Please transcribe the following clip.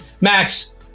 Max